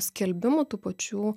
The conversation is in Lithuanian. skelbimų tų pačių